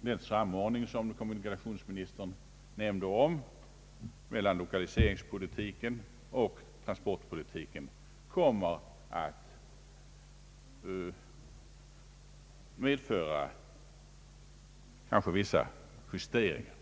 den samordning, som kommunikationsministern nämnde, mellan lokaliseringspolitiken och transportpolitiken kanske kommer att medföra vissa justeringar.